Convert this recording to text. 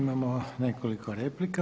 Imamo nekoliko replika.